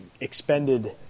expended